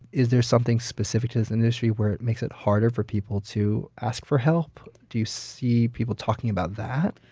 is there something specific to this industry where it makes it harder for people to ask for help? do you see people talking about that?